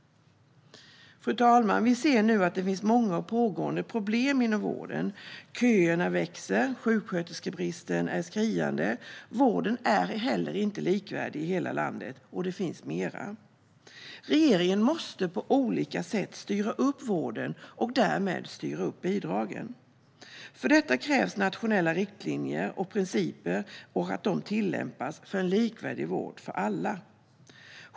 Fru talman! Vi ser att det finns många pågående problem inom vården. Köerna växer. Sjuksköterskebristen är skriande. Vården är inte likvärdig i hela landet. Det finns även andra problem. Regeringen måste på olika sätt styra upp vården och därmed styra upp bidragen. För detta krävs det att nationella riktlinjer och principer tillämpas - för en likvärdig vård för alla.